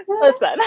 Listen